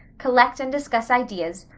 collect and discuss ideas,